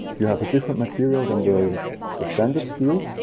you have a different material than the the standard steel.